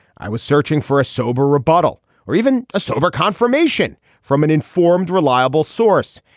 i was searching for a sober rebuttal or even a sober confirmation from an informed, reliable source.